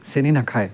চেনি নাখায়